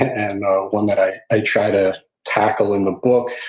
and one that i i try to tackle in the book.